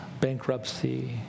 bankruptcy